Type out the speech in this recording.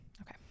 Okay